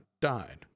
died